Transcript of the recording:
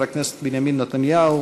חבר הכנסת בנימין נתניהו,